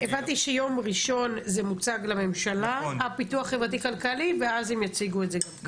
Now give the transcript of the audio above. הבנתי שביום ראשון זה מוצג לממשלה ואז הם יציגו את זה כאן.